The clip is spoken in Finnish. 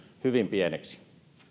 hyvin pieneksi